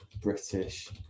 British